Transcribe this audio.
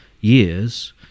years